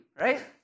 right